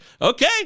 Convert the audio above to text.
okay